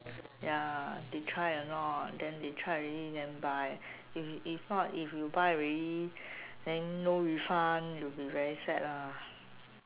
ya they try or not then they try already then buy if if not if you buy already then no refund will be very sad ah